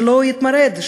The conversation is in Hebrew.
שלא יתמרד,